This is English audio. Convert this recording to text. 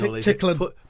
Tickling